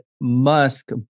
Musk